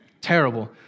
terrible